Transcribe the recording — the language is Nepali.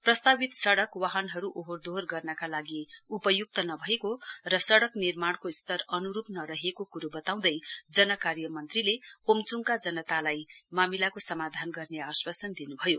प्रस्तावित सडक वाहनहरू ओहोर दोहोर गर्नका लागि उपय्क्त नभएको र सडक निर्माणको स्तर अन्रूप नरहेको क्रो बताउँदा जन कार्य मन्त्रीले ओमच्डका जनतालाई मामिलाको समाधान गर्ने आश्वासन दिनुभयो